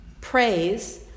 Praise